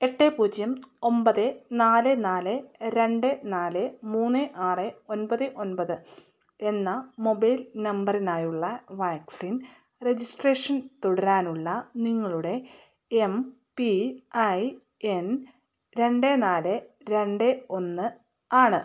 എട്ട് പൂജ്യം ഒമ്പത് നാല് നാല് രണ്ട് നാല് മൂന്ന് ആറ് ഒൻപത് ഒൻപത് എന്ന മൊബൈൽ നമ്പറിനായുള്ള വാക്സിൻ രജിസ്ട്രേഷൻ തുടരാനുള്ള നിങ്ങളുടെ എം പി ഐ എൻ രണ്ട് നാല് രണ്ട് ഒന്ന് ആണ്